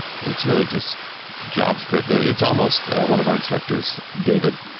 it's really just javascript. it's almost one of our instructors, david.